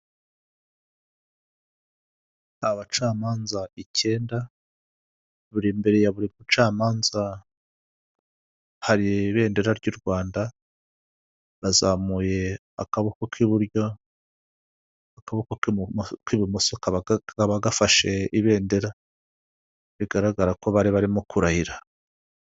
Abacamanza icyenda, buri imbere ya buri mucamanza hari ibendera ry'Urwanda, bazamuye akaboko k'iburyo, akaboko k'ibumoso kakaba gafashe ibendera, bigaragara ko bari barimo kurahira.